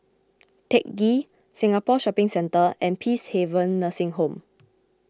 Teck Ghee Singapore Shopping Centre and Peacehaven Nursing Home